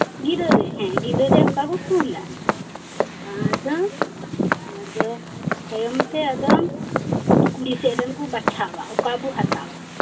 ᱜᱤᱨᱟᱹᱨᱮ ᱦᱮᱸ ᱜᱤᱨᱟᱹᱨᱮ ᱚᱝᱠᱟ ᱠᱚ ᱠᱩᱞᱟ ᱟᱫᱚ ᱟᱫᱚ ᱛᱟᱭᱚᱢ ᱛᱮ ᱟᱫᱚ ᱠᱩᱲᱤ ᱥᱮᱫ ᱨᱮᱱ ᱠᱚ ᱵᱟᱪᱷᱟᱣᱟ ᱚᱠᱟ ᱵᱟᱥ ᱮᱢ ᱦᱟᱛᱟᱣᱟ